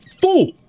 fool